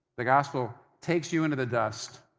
the gospel takes you into the dust,